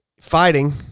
fighting